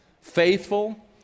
faithful